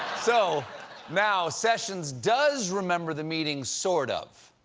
so now sessions does remember the meeting, sort of.